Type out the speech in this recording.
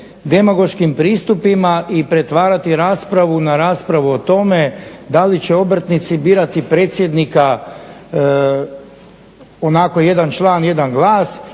demagoškim pristupima i pretvarati raspravu na raspravu o tome da li će obrtnici birati predsjednika onako jedan član jedan glas